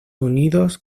unidos